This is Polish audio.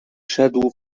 szedł